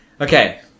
Okay